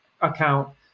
account